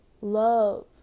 Love